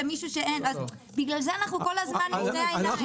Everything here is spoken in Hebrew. לכן העניין הזה נמצא כל הזמן מול עינינו.